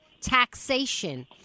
taxation